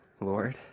Lord